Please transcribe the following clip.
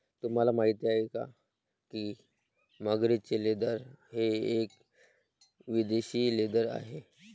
तुम्हाला माहिती आहे का की मगरीचे लेदर हे एक विदेशी लेदर आहे